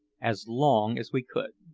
as long as we could.